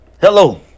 Hello